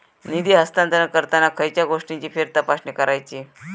निधी हस्तांतरण करताना खयच्या गोष्टींची फेरतपासणी करायची?